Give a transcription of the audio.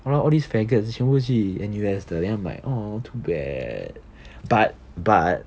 !walao! all these faggots 全部去 N_U_S 的 then I'm like !aww! too bad but but